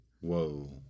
Whoa